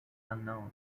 unknown